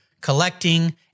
collecting